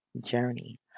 journey